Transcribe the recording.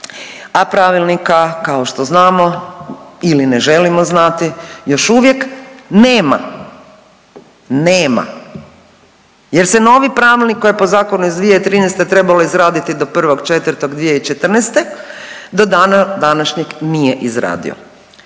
a pravilnika kao što znamo ili ne želimo znati još uvijek nema, nema. Jer se novi pravilnik koji je po zakonu iz 2013. trebalo izraditi do 1.4.2014. Do dana današnjeg nije izradio.